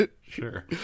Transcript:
sure